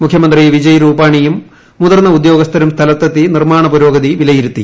മുഖ്യമന്ത്രി വിജയ് രൂപാണിയും മുതിർന്ന ഉദ്യോഗസ്ഥരും സ്ഥലത്തെത്തി നിർമ്മാണ പുരോഗതി വിലയിരുത്തി